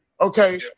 Okay